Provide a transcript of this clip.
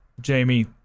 Jamie